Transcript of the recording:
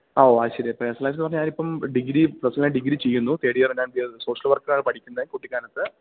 ആ ഓ അത് ശെരി പേഴ്സണലായിട്ട്ന്ന് പറഞ്ഞാ ഞാനിപ്പം ഡിഗ്രി ഫസ്റ്റ് ഞാ ഡിഗ്രി ചെയ്യുന്നു തേർഡ് ഇയർ ആൻറ്റ് സോഷ്യൽ വർക്കറാണ് പഠിക്കുന്നെ കുട്ടിക്കാനത്ത്